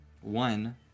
One